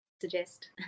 suggest